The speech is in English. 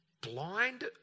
blind